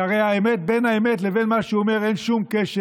שהרי בין האמת למה שהוא אומר אין שום קשר.